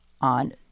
On